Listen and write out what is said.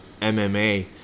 MMA